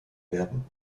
werden